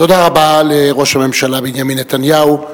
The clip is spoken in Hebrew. תודה רבה לראש הממשלה בנימין נתניהו.